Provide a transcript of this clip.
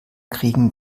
kriegen